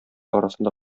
арасында